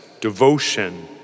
devotion